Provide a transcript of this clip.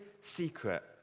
secret